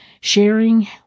Sharing